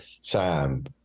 Sam